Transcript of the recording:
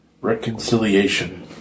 reconciliation